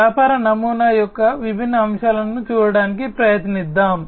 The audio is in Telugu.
వ్యాపార నమూనా యొక్క విభిన్న అంశాలను చూడటానికి ప్రయత్నిద్దాం